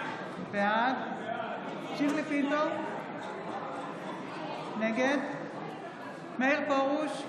בעד שירלי פינטו קדוש, נגד מאיר פרוש,